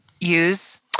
use